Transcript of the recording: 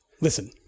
Listen